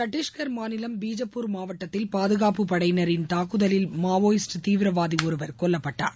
சத்தீஸ்கள் மாநிலம் பிஜப்பூர் மாவட்டத்தில் பாதுகாப்பு படையினின் தாக்குதலில் மாவோயிஸ்ட் தீவிரவாதி ஒருவர் கொல்லப்பட்டார்